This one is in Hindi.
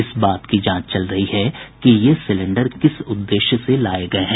इस बात की जांच चल रही है कि ये सिलेंडर किस उद्देश्य से लाये गये हैं